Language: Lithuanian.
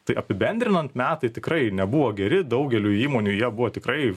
tai apibendrinant metai tikrai nebuvo geri daugeliui įmonių jie buvo tikrai